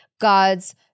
God's